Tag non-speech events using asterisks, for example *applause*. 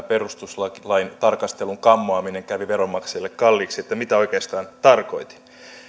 *unintelligible* perustuslain tarkastelun kammoaminen kävi veronmaksajille kalliiksi mitä oikeastaan tarkoitin